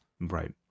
Right